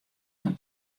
fan